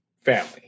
family